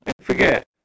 forget